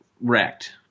wrecked